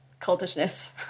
cultishness